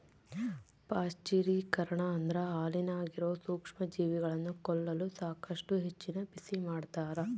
ಪಾಶ್ಚರೀಕರಣ ಅಂದ್ರ ಹಾಲಿನಾಗಿರೋ ಸೂಕ್ಷ್ಮಜೀವಿಗಳನ್ನ ಕೊಲ್ಲಲು ಸಾಕಷ್ಟು ಹೆಚ್ಚಿನ ಬಿಸಿಮಾಡ್ತಾರ